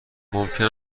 ممکن